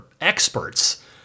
experts